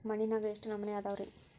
ಮಣ್ಣಿನಾಗ ಎಷ್ಟು ನಮೂನೆ ಅದಾವ ರಿ?